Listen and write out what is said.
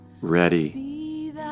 ready